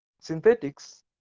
synthetics